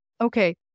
okay